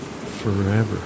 forever